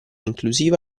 inclusiva